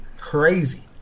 crazy